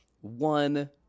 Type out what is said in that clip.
One